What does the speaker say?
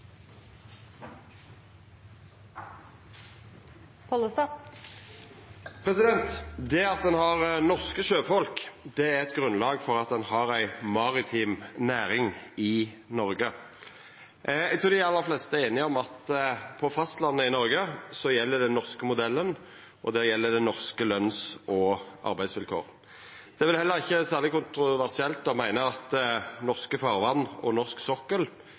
Pollestad – til oppfølgingsspørsmål. Det at ein har norske sjøfolk, er eit grunnlag for at ein har ei maritim næring i Noreg. Eg trur dei aller fleste er einige om at på fastlandet i Noreg gjeld den norske modellen, og der gjeld norske løns- og arbeidsvilkår. Det er vel heller ikkje særleg kontroversielt å meina at norske farvatn og norsk sokkel